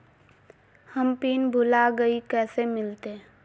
हम पिन भूला गई, कैसे मिलते?